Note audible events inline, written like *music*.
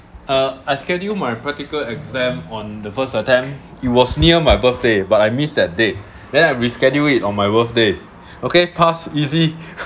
uh I schedule my practical exam on the first attempt it was near my birthday but I miss that date then I reschedule it on my birthday okay pass easy *laughs*